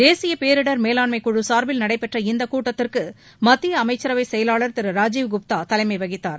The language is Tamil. தேசிய பேரிடர் மேலாண்ம குழு சார்பில் நடைபெற்ற இந்தக் கூட்டத்திற்கு மத்திய அமைச்சரவை செயவாளர் திரு ராஜீவ் குப்தா தலைமை வகித்தார்